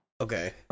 Okay